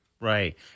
Right